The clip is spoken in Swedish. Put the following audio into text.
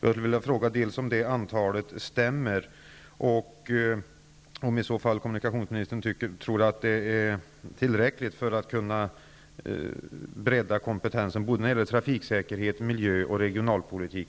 Jag vill fråga dels om det antalet ledamöter stämmer, dels om kommunikationsministern i så fall tror att det är tillräckligt med ytterligare två ledamöter för att bredda kompetensen när det gäller trafiksäkerhet, miljö och regionalpolitik.